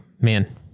man